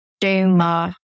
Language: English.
Duma